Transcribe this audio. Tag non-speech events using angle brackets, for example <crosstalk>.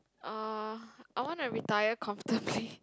uh I wanna retire comfortably <laughs>